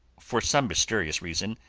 for some mysterious reason,